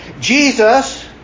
Jesus